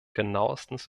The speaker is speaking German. genauestens